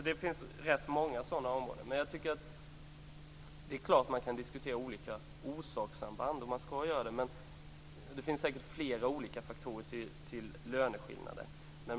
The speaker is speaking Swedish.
Det finns rätt många sådana områden. Det är klart att man kan diskutera olika orsakssamband, och man skall göra det. Det finns säkert flera olika faktorer bakom löneskillnader.